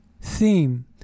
theme